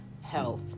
Health